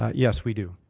yes. we do.